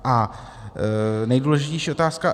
A nejdůležitější otázka.